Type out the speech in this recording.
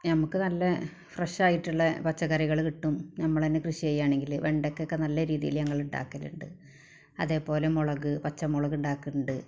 നമ്മൾക്ക് നല്ല ഫ്രഷായിട്ടുള്ള പച്ചക്കറികള് കിട്ടും നമ്മൾ തന്നെ കൃഷി ചെയ്യുകയാണെങ്കിൽ വെണ്ടയ്ക്കയൊക്കെ നല്ല രീതിയിൽ ഞങ്ങള് ഉണ്ടാക്കലുണ്ട് അതേപോലെ മുളക് പച്ച മുളക് ഉണ്ടാക്കലുണ്ട്